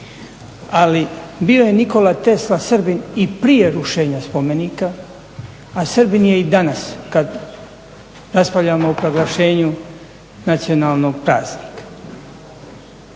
ali bio je nikola tesla Srbin i prije rušenja spomenika, a Srbin je i danas kad raspravljamo o proglašenju nacionalnog praznika.